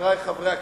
חברי חברי הכנסת,